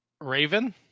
Raven